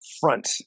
Front